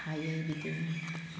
हायो बिदिनो